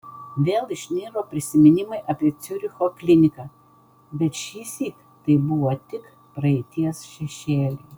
vėl išniro prisiminimai apie ciuricho kliniką bet šįsyk tai buvo tik praeities šešėliai